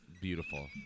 beautiful